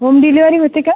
home delivery होते का